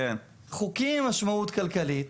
חוקים עם משמעות כלכלית,